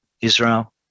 Israel